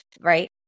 right